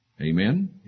Amen